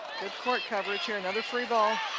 good court coverage here, another free ball.